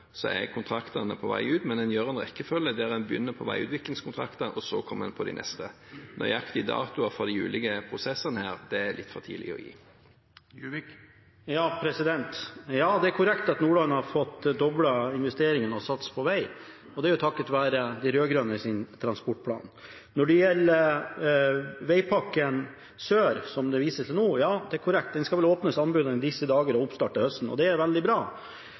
er kontraktene på vei ut, men en gjør en rekkefølge der en begynner på veiutviklingskontrakter, og så kommer en til det neste. Nøyaktige datoer for de ulike prosessene her er litt for tidlig å gi. Det er korrekt at Nordland har fått doblet investeringene og satser på veg, og det er jo takket være de rød-grønnes transportplan. Når det gjelder vegpakken sør, som det vises til nå, er det korrekt: Anbudene skal vel åpnes i disse dager med oppstart til høsten, og det er veldig bra.